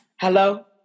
Hello